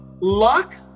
luck